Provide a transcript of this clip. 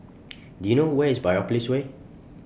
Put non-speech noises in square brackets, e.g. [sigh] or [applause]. [noise] Do YOU know Where IS Biopolis Way